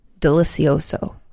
delicioso